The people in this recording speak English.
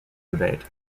debate